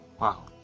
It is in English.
Wow